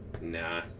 Nah